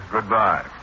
Goodbye